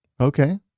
Okay